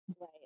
Right